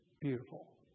beautiful